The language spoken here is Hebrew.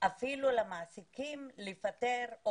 אפילו למעסיקים לפטר,